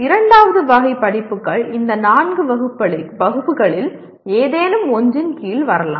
இரண்டாவது வகை படிப்புகள் இந்த நான்கு வகுப்புகளில் ஏதேனும் ஒன்றின் கீழ் வரலாம்